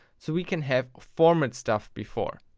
so we can have format stuff before.